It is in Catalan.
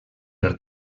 per